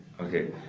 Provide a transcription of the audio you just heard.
okay